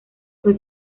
fue